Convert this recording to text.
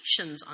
on